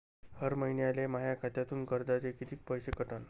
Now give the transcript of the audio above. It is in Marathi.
हर महिन्याले माह्या खात्यातून कर्जाचे कितीक पैसे कटन?